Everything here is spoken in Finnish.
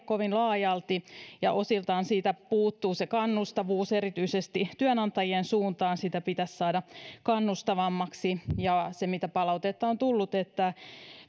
kovin laajalti ja osiltaan siitä puuttuu kannustavuus erityisesti työnantajien suuntaan sitä pitäisi saada kannustavammaksi ja sellaista palautetta on tullut että